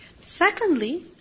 Secondly